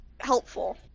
helpful